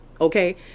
Okay